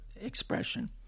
expression